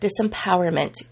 disempowerment